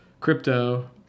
crypto